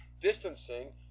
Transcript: distancing